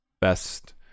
best